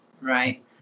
right